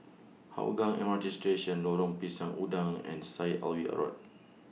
Hougang M R T Station Lorong Pisang Udang and Syed Alwi Road